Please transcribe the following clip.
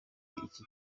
iki